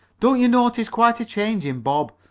don't you notice quite a change in bob?